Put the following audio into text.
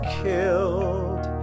killed